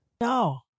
No